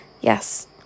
Yes